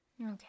Okay